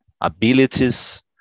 abilities